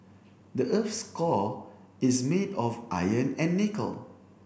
the earth's core is made of iron and nickel